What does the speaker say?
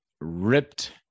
ripped